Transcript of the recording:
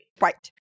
Right